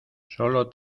sólo